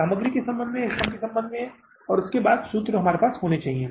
सामग्री के संबंध में या श्रम के संबंध में और उसके बाद दोनों सूत्र हमारे पास होने चाहिए